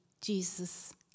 Jesus